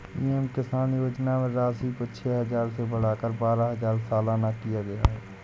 PM Kisan योजना में राशि को छह हजार से बढ़ाकर बारह हजार सालाना किया गया है